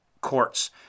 court's